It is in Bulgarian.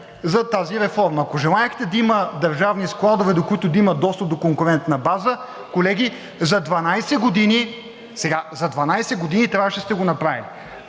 за тази реформа. Ако желаехте да има държавни складове, до които да има достъп до конкурентна база, колеги, за 12 години трябваше да сте го направили.